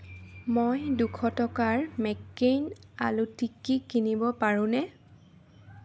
মই দুশ টকাৰ মেক্কেইন আলু টিকি কিনিব পাৰোঁনে